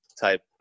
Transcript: type